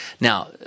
Now